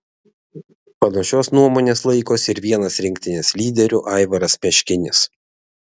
panašios nuomonės laikosi ir vienas rinktinės lyderių aivaras meškinis